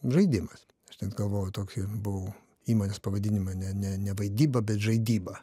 žaidimas aš net galvojau tokį buvau įmonės pavadinimą ne ne ne vaidyba bet žaidyba